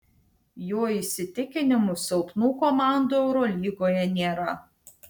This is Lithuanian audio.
jo įsitikinimu silpnų komandų eurolygoje nėra